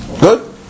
Good